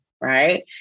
right